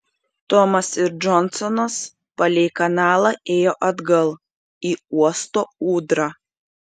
tomas ir džonsonas palei kanalą ėjo atgal į uosto ūdrą